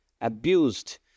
abused